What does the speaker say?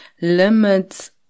limits